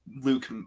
Luke